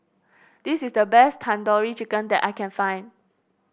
this is the best Tandoori Chicken that I can find